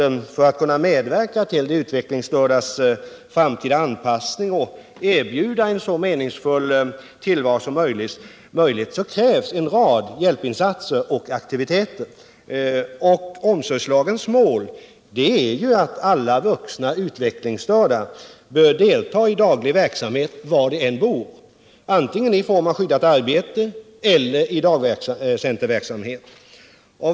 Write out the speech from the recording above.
För att kunna medverka till de utvecklingsstördas framtida anpassning och erbjuda dem en så meningsfull tillvaro som möjligt krävs en rad hjälpinsatser och aktiviteter. Omsorgslagens mål är att alla vuxna utvecklingsstörda, var de än bor, skall delta i dagligverksamhet, antingen i form av skyddat arbete eller i dagcenterverksamhet.